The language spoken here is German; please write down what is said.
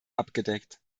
abgedeckt